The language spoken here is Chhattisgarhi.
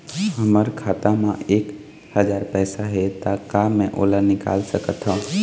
हमर खाता मा एक हजार पैसा हे ता का मैं ओला निकाल सकथव?